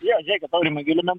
jo žiūrėkit aurimai gilinam